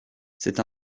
c’est